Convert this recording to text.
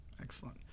Excellent